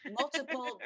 multiple